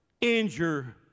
injure